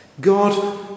God